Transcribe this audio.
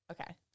Okay